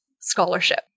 scholarship